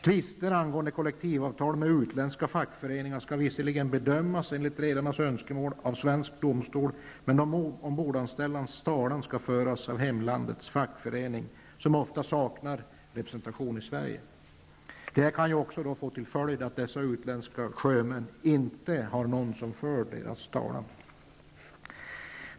Tvister angående kollektivavtal med utländska fackföreningar skall visserligen bedömas, enligt redarnas önskemål, av svensk domstol. Men de ombordanställdas talan skall föras av hemlandets fackförening, som ofta saknar representation i Sverige. Detta kan få till följd att dessa utländska sjömän inte har någon som för deras talan.